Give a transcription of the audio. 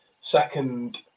second